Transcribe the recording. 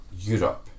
Europe